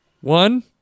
One